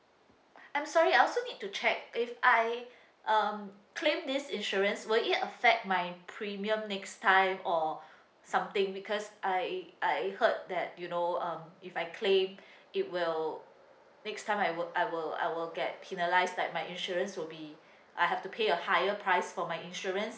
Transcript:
I'm sorry I also need to check if I um claim this insurance will it affect my premium next time or something because I I heard that you know um if I claim it will next time I will I will I will get penalised like my insurance will be I have to pay a higher price for my insurance